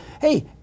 hey